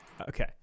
okay